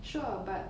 sure but